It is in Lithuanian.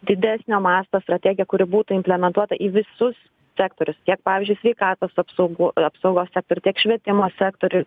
didesnio masto strategiją kuri būtent implementuota į visus sektorius tiek pavyzdžiui sveikatos apsaugų apsaugos sektorių tiek švietimo sektorių